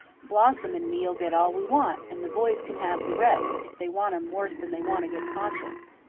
blossom and me'll get all we want, and the boys can have the rest, if they want em worse'n they want a good conscience,